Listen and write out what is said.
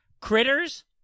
Critters